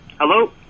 Hello